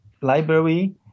library